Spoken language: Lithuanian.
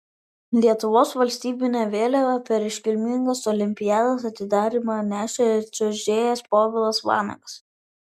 lietuvos valstybinę vėliavą per iškilmingą olimpiados atidarymą nešė čiuožėjas povilas vanagas